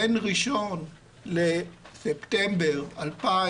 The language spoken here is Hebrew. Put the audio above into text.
בין 1 בספטמבר 2010